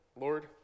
Lord